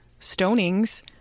stonings